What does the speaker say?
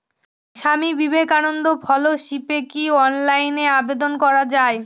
স্বামী বিবেকানন্দ ফেলোশিপে কি অনলাইনে আবেদন করা য়ায়?